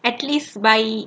at least by